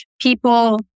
people